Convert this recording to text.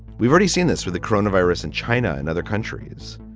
we've already seen this with the coronavirus in china and other countries.